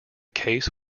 case